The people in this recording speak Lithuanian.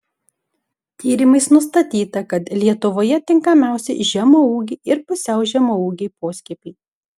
tyrimais nustatyta kad lietuvoje tinkamiausi žemaūgiai ir pusiau žemaūgiai poskiepiai